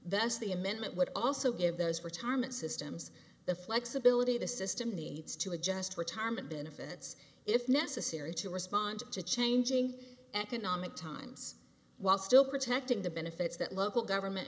that's the amendment would also give those retirement systems the flexibility the system needs to adjust retirement benefits if necessary to respond to changing economic times while still protecting the benefits that local government